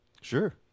Sure